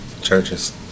churches